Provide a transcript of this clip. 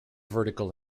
vertical